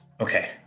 Okay